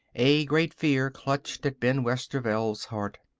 a great fear clutched at ben westerveld's heart.